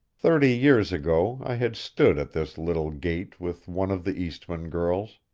thirty years ago i had stood at this little gate with one of the eastmann girls,